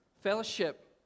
fellowship